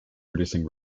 producing